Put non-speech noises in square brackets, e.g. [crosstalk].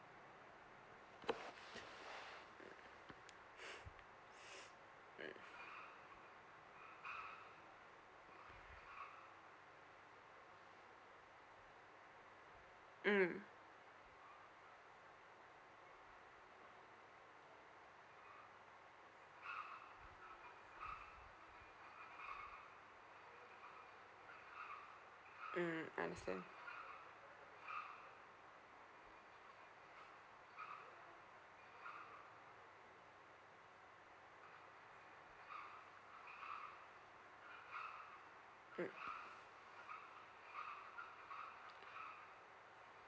[noise] [breath] [noise] mm mm I understand mm